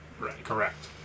Correct